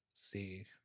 See